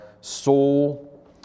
soul